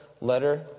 letter